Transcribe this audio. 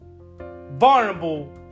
vulnerable